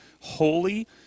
holy